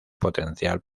potencial